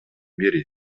бири